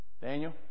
Daniel